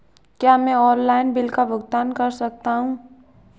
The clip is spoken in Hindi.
क्या मैं ऑनलाइन बिल का भुगतान कर सकता हूँ?